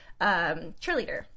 cheerleader